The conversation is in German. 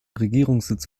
regierungssitz